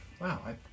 wow